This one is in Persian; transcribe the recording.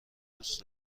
دوست